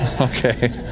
Okay